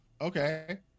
Okay